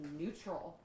neutral